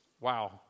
wow